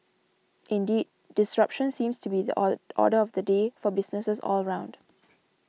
indeed disruption seems to be the order of the day for businesses all round